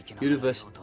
universe